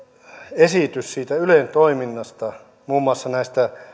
esitys siitä ylen toiminnasta muun muassa näistä